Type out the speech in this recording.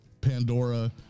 Pandora